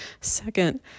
Second